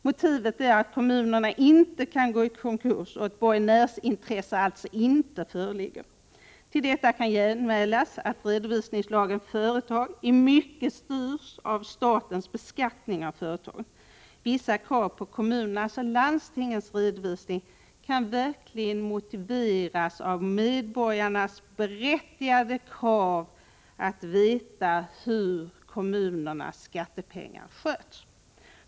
Motivet är att kommunerna inte kan gå i konkurs och att borgenärsintresse alltså inte föreligger. Till detta kan genmälas att redovisningslagen för företagen i mycket styrs av statens beskattning av företagen. Vissa krav på kommunernas och landstingens redovisning kan verkligen motiveras av medborgarnas berättigade krav på att veta hur kommunernas skattepengar sköts.